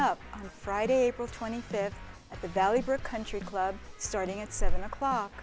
up on friday april twenty fifth at the valley for country club starting at seven o'clock